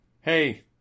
Hey